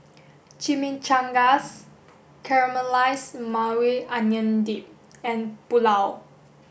Chimichangas Caramelized Maui Onion Dip and Pulao